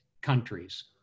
countries